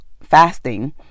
fasting